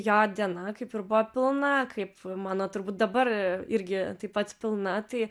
jo diena kaip ir buvo pilna kaip mano turbūt dabar irgi tai pat pilna tai